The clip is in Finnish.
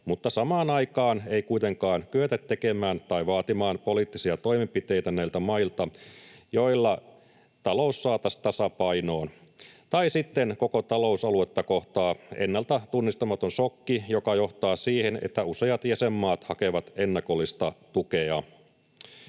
mutta samaan aikaan ei kuitenkaan kyetä tekemään tai vaatimaan näiltä mailta poliittisia toimenpiteitä, joilla talous saataisiin tasapainoon — tai sitten koko talousaluetta kohtaa ennalta tunnistamaton šokki, joka johtaa siihen, että useat jäsenmaat hakevat ennakollista tukea.